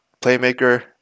playmaker